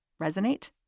resonate